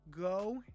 go